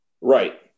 Right